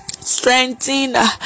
strengthen